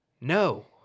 No